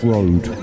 Road